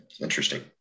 Interesting